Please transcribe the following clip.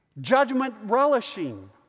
judgment-relishing